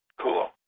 Cool